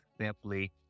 simply